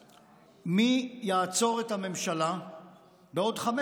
מי יעצור את הממשלה בעוד 15 שנים,